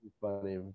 funny